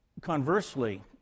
Conversely